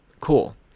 cool